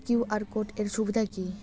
QR code এর সুবিধা কি?